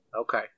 Okay